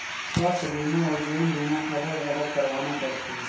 स्वास्थ बीमा अउ जीवन बीमा अलग अलग करवाना पड़थे?